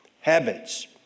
habits